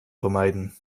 vermeiden